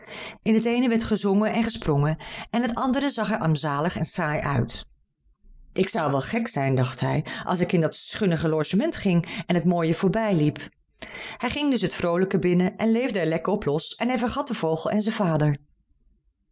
in het eene werd gezongen en gesprongen en het andere zag er armzalig en saai uit ik zou wel gek zijn dacht hij als ik in dat schunnige logement ging en het mooie voorbij liep hij ging dus het vroolijke binnen en leefde er lekker op los en hij vergat den vogel en zijn vader